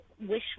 wish